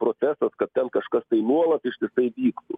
procesas kad ten kažkas tai nuolat ištisai vyktų